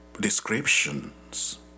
descriptions